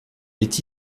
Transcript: est